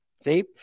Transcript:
See